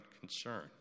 concern